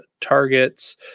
targets